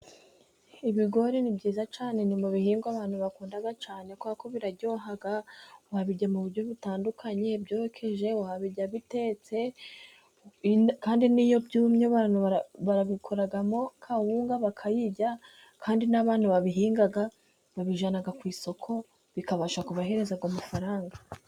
Ibigori ni byiza cyane ni mu bihingwa abantu bakunda cyane kuberako biraryoha, wabirya mu buryo butandukanye byokeje wabirya, bitetse kandi n'iyo byumye babikoramo kawunga bakayirya, kandi n'abantu babihinga babijyana ku isoko bikabasha kubahereza ku mafaranga.